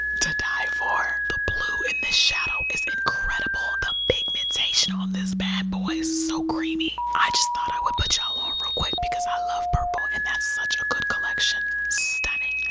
to die for. the blue in this shadow is incredible. the pigmentation on this bad boy is so creamy. i just thought i would put y'all on real quick because i love purple and that's such a good collection. stunning,